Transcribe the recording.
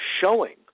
showing